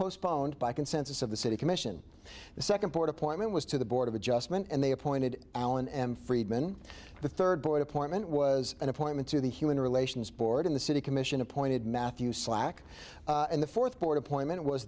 postponed by consensus of the city commission the second court appointment was to the board of adjustment and they appointed alan m friedman the third board appointment was an appointment to the human relations board in the city commission appointed matthew slack and the fourth board appointment was